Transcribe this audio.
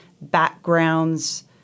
backgrounds